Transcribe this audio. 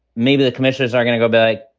maybe the commissioners are going to go back.